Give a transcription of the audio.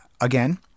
again